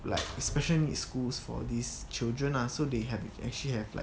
like special needs schools for these children lah so they have actually have like